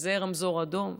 וזה רמזור אדום,